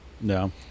No